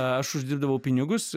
aš uždirbdavau pinigus